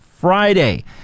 Friday